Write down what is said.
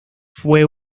fue